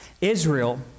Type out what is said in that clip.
Israel